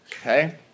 Okay